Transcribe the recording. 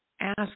ask